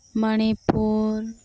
Manipur